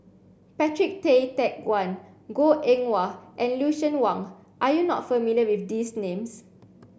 Patrick Tay Teck Guan Goh Eng Wah and Lucien Wang are you not familiar with these names